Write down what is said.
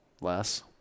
less